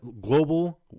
global